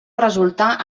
resultar